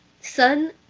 Sun